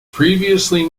previously